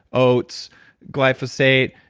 oats glyphosate,